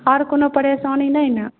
आर कोनो परेशानी नहि ने